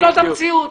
זאת המציאות.